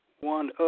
one